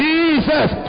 Jesus